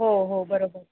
हो हो बरोबर